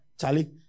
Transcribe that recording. Charlie